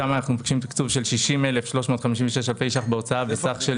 שם אנחנו מבקשים תקצוב של 60,356 אלפי שקלים בהוצאה וסך של